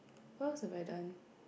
what else have I done